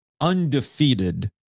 undefeated